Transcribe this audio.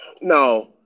no